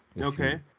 okay